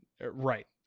right